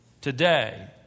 Today